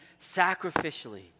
sacrificially